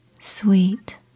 Sweet